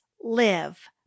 live